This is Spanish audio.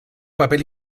papel